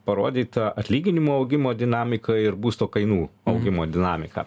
parodyta atlyginimų augimo dinamika ir būsto kainų augimo dinamika